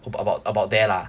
about about about there lah